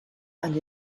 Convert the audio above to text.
and